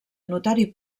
notari